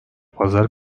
pazar